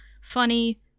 funny